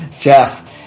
Jeff